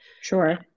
sure